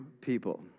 people